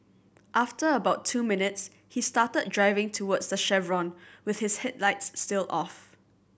after about two minutes he started driving towards the chevron with his headlights still off